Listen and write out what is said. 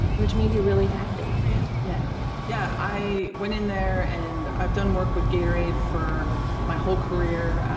ah which made you really happy yeah, yeah yeah i went in there and i've done work with gatorade for my whole career.